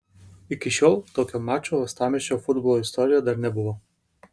iki šiol tokio mačo uostamiesčio futbolo istorijoje dar nebuvo